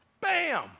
bam